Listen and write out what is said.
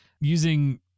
using